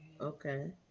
Okay